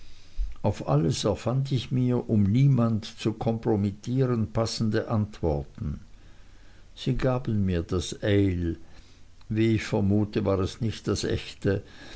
auf alles erfand ich mir um niemand zu kompromittieren passende antworten sie gaben mir das ale wie ich vermute war es nicht das echte